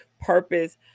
purpose